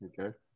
Okay